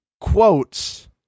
quotes